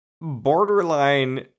borderline